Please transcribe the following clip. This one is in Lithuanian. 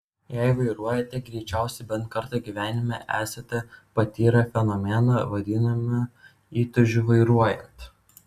jei vairuojate greičiausiai bent kartą gyvenime esate patyrę fenomeną vadinamą įtūžiu vairuojant